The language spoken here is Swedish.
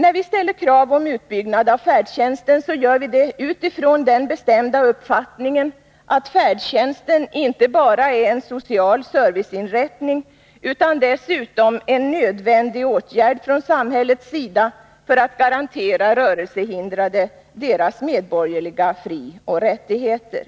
När vi ställer krav på utbyggnad av färdtjänsten, gör vi det utifrån den bestämda uppfattningen att färdtjänsten inte bara är en social serviceinrättning utan dessutom en nödvändig åtgärd från samhällets sida för att garantera rörelsehindrade deras medborgerliga frioch rättigheter.